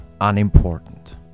unimportant